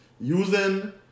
using